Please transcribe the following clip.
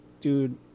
dude